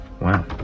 wow